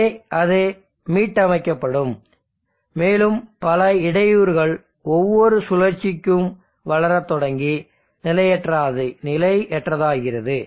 இங்கே அது மீட்டமைக்கப்படும் மேலும் பல இடையூறுகள் ஒவ்வொரு சுழற்சிக்கும் வளர தொடங்கி நிலையற்றதாகிறது